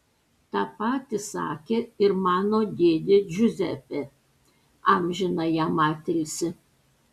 tą patį sakė ir mano dėdė džiuzepė amžiną jam atilsį